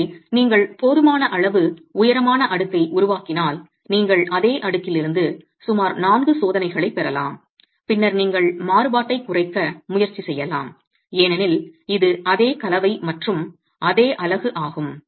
எனவே நீங்கள் போதுமான அளவு உயரமான அடுக்கை உருவாக்கினால் நீங்கள் அதே அடுக்கில் இருந்து சுமார் 4 சோதனைகளைப் பெறலாம் பின்னர் நீங்கள் மாறுபாட்டைக் குறைக்க முயற்சி செய்யலாம் ஏனெனில் இது அதே கலவை மற்றும் அதே அலகு ஆகும்